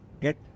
get